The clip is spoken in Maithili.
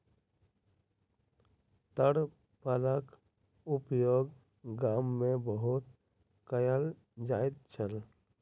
ताड़ फलक उपयोग गाम में बहुत कयल जाइत छल